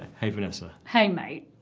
hey, vanessa. hey, mate.